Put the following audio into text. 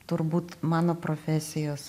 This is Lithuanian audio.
turbūt mano profesijos